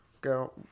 go